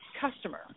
customer